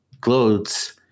clothes